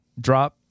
drop